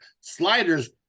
Sliders